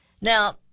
Now